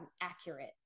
accurate